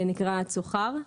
שנקרא צוחר.